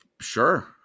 sure